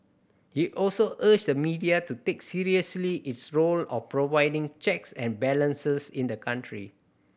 he also urged the media to take seriously its role of providing checks and balances in the country